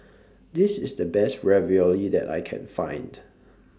This IS The Best Ravioli that I Can Find